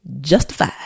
justified